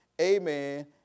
Amen